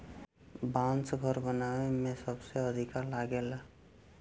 बांस घर बनावे में सबसे अधिका लागेला